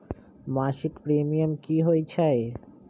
मासिक प्रीमियम की होई छई?